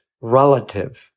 relative